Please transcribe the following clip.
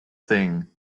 thing